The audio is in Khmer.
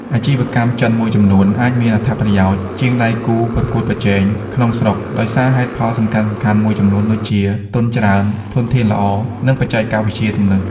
អាជីវកម្មចិនមួយចំនួនអាចមានអត្ថប្រយោជន៍ជាងដៃគូប្រកួតប្រជែងក្នុងស្រុកដោយសារហេតុផលសំខាន់ៗមួយចំនួនដូចជា ទុនច្រើន ធនធានល្អ និងបច្ចេកវិទ្យាទំនើប។